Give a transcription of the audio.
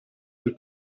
del